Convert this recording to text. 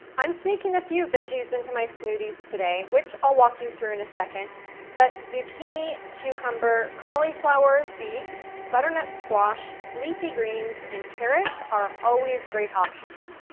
i'm sneaking a few veggies into my smoothies today which i'll walk you through in a second but zucchini, cucumber, cauliflower, beets, butternut squash, leafy greens, and carrots are always great options.